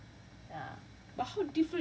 ya and then you just set the question like what